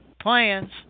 plans